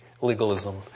legalism